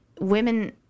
women